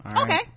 Okay